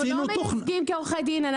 אנחנו לא מייצגים כעורכי דין,